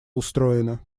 устроено